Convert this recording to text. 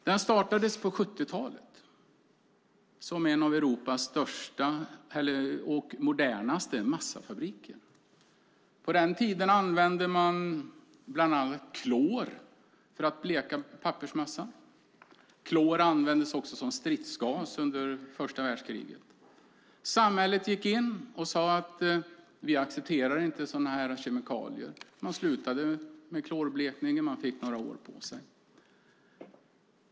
Den startades på 70-talet som en av Europas största och modernaste massafabriker. På den tiden använde man bland annat klor för att bleka pappersmassan. Klor användes också som stridsgas under första världskriget. Från samhället sade man att man inte accepterade sådana kemikalier. Företaget fick några år på sig att sluta med klorblekning.